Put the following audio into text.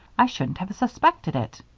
i shouldn't have suspected it.